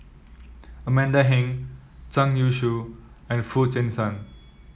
Amanda Heng Zhang Youshuo and Foo Chee San